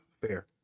Fair